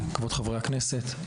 כבוד חברי הכנסת,